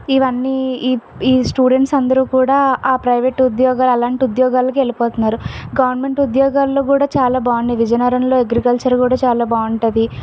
ఇవన్నీ ఈ ఈ స్టూడెంట్స్ అందరు కూడా ఆ ప్రైవేట్ ఉద్యోగాలకి అలాంటి ఉద్యోగాలకి వెళ్ళిపోతున్నారు గవర్నమెంట్ ఉద్యోగాలలో కూడా చాలా బాగున్నాయి విజయనగరంలో అగ్రికల్చర్ కూడా చాలా బాగుంటుంది